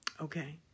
Okay